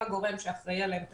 הם הגורם שאחראי עליהם תקציבית.